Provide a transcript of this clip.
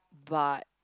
but